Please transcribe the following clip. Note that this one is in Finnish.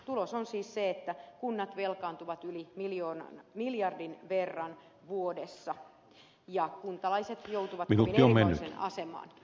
tulos on siis se että kunnat velkaantuvat yli miljardin verran vuodessa ja kuntalaiset joutuvat kovin eriarvoiseen asemaan